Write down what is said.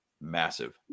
massive